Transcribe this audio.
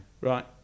Right